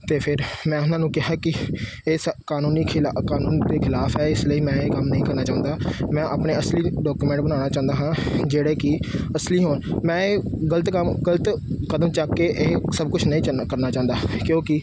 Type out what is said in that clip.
ਅਤੇ ਫਿਰ ਮੈਂ ਉਹਨਾਂ ਨੂੰ ਕਿਹਾ ਕਿ ਇਸ ਕਾਨੂੰਨੀ ਖਿਲ ਕਾਨੂੰਨ ਦੇ ਖਿਲਾਫ਼ ਹੈ ਇਸ ਲਈ ਮੈਂ ਇਹ ਕੰਮ ਨਹੀਂ ਕਰਨਾ ਚਾਹੁੰਦਾ ਮੈਂ ਆਪਣੇ ਅਸਲੀ ਡਾਕੂਮੈਂਟ ਬਣਾਉਣਾ ਚਾਹੁੰਦਾ ਹਾਂ ਜਿਹੜੇ ਕਿ ਅਸਲੀ ਹੋਣ ਮੈਂ ਇਹ ਗਲਤ ਕੰਮ ਗਲਤ ਕਦਮ ਚੁੱਕ ਕੇ ਇਹ ਸਭ ਕੁਛ ਨਹੀਂ ਚੱਲਣਾ ਕਰਨਾ ਚਾਹੁੰਦਾ ਕਿਉਂਕਿ